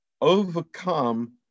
overcome